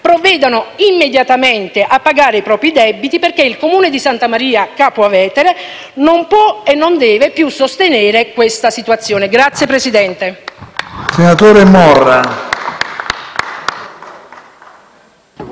provvedano immediatamente a pagare i propri debiti perché il Comune di Santa Maria Capua Vetere non può e non deve più sostenere questa situazione. *(Applausi